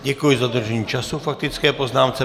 Děkuji za dodržení času k faktické poznámce.